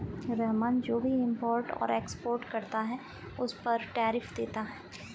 रहमान जो भी इम्पोर्ट और एक्सपोर्ट करता है उस पर टैरिफ देता है